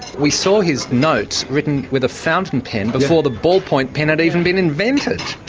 we saw his notes written with a fountain pen before the ballpoint pen had even been invented!